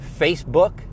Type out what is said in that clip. Facebook